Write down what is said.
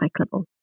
recyclable